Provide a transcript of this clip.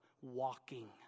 walking